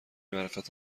معرفت